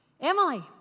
Emily